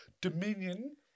Dominion